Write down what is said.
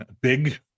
big